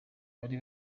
bari